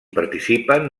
participen